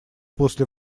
после